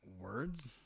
words